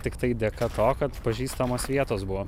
tiktai dėka to kad pažįstamos vietos buvo